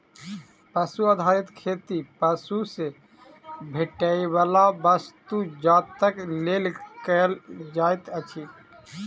पशु आधारित खेती पशु सॅ भेटैयबला वस्तु जातक लेल कयल जाइत अछि